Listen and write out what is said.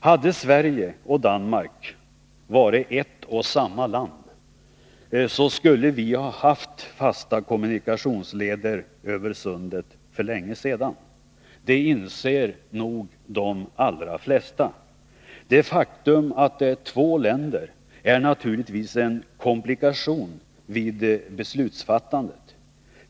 Hade Sverige och Danmark varit ett och samma land, skulle vi ha haft fasta kommunikationsleder över sundet för länge sedan. Det inser nog de allra flesta. Det faktum att det är två länder är naturligtvis en komplikation vid beslutsfattandet.